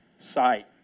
sight